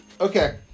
Okay